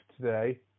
today